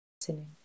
Sinning